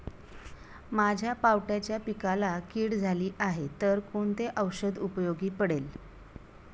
माझ्या पावट्याच्या पिकाला कीड झाली आहे तर कोणते औषध उपयोगी पडेल?